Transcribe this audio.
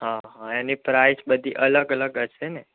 હા હા એની પ્રાઈસ બધી અલગ અલગ હશે ને